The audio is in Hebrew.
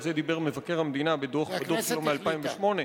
על זה דיבר מבקר המדינה בדוח שלו מ-2008.